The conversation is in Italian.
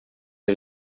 era